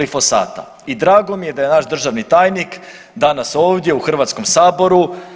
I drago mi je da je naš državni tajnik danas ovdje u Hrvatskom saboru.